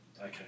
Okay